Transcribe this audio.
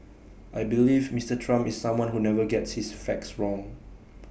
I believe Mister Trump is someone who never gets his facts wrong